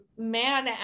man